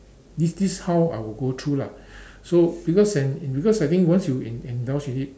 this this how I would go through lah so because because I think I think once you in indulge in it